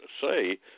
say